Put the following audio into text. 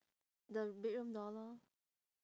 the bedroom door lor